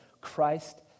Christ